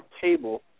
table